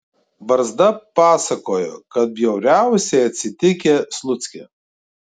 barzda pasakojo kad bjauriausiai atsitikę slucke